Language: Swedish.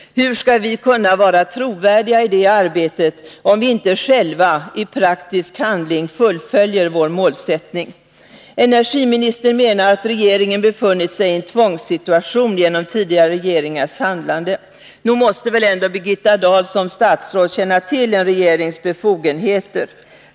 Hur skall vi kunna vara trovärdiga i det arbetet, om vi inte själva i praktisk handling fullföljer vår målsättning? Energiministern anser att regeringen befunnit sig i en tvångssituation genom tidigare regeringars handlande. Birgitta Dahl måste som statsråd känna till en regerings befogenheter.